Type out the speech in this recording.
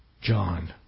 John